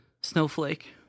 Snowflake